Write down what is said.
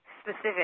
Specific